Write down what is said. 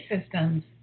systems